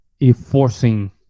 enforcing